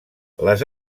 les